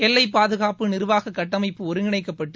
எல்லை பாதுகாப்பு நிர்வாக கட்டமைப்பு ஒருங்கிணைக்கப்பட்டு